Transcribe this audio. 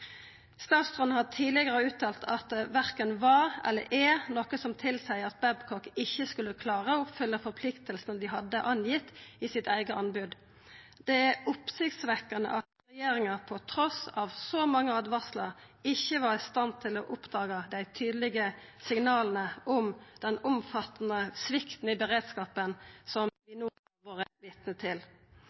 Statsråden har tidlegare uttalt at det verken var eller er noko som tilseier at Babcock ikkje skulle klara å oppfylla forpliktingane dei hadde angitt i sitt eige anbod. Det er oppsiktsvekkjande at regjeringa trass i så mange åtvaringar ikkje var i stand til å oppdaga dei tydlege signala om den omfattande svikten i beredskapen som vi har vore vitne til.